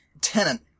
Tenant